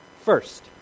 First